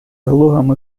залогом